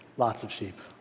lots of sheep.